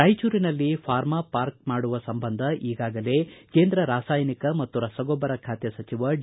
ರಾಯಚೂರಿನಲ್ಲಿ pharma park ಮಾಡುವ ಸಂಬಂಧ ಈಗಾಗಲೇ ಕೇಂದ್ರ ರಾಸಾಯನಿಕ ಮತ್ತು ರಸಗೊಬ್ಬರ ಖಾತೆ ಸಚಿವ ಡಿ